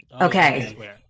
Okay